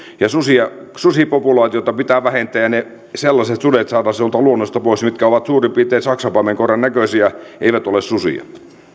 susipopulaatiota pitää vähentää ja sellaiset sudet saada luonnosta pois mitkä ovat suurin piirtein saksanpaimenkoiran näköisiä eivät ole susia